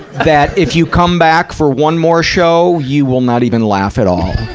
that if you come back for one more show, you will not even laugh at all.